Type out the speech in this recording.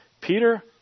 Peter